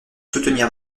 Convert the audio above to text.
soutenir